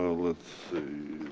let's